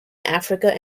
africa